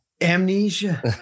Amnesia